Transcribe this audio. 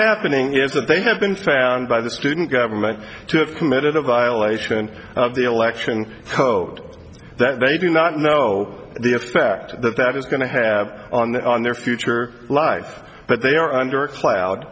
happening is that they have been by the student government to have committed a violation of the election code that they do not know the effect that that is going to have on that on their future life but they are under a cloud